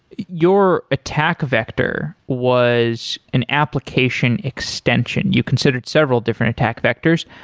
your attack vector was an application extension. you considered several different attack vectors.